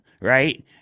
right